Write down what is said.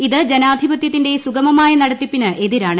ഇത് ജനാധിപത്യത്തിന്റെ സുഗമമായ നടത്തിപ്പിന് എതിരാണ്